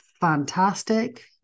fantastic